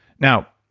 now,